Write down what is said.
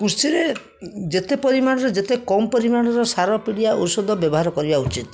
କୃଷିରେ ଯେତେ ପରିମାଣରେ ଯେତେ କମ୍ ପରିମାଣର ସାରପିଡ଼ିଆ ଔଷଧ ବ୍ୟବହାର କରିବା ଉଚିତ